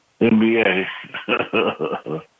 NBA